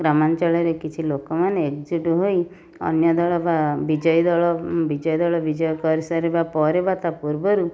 ଗ୍ରାମାଞ୍ଚଳରେ କିଛି ଲୋକମାନେ ଏକଜୁଟ ହୋଇ ଅନ୍ୟଦଳ ବା ବିଜୟଦଳ ବିଜୟଦଳ ବିଜୟ କରିସାରିବା ପରେ ବା ତା' ପୂର୍ବରୁ